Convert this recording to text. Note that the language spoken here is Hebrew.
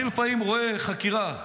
אני לפעמים רואה חקירה,